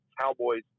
Cowboys –